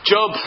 Job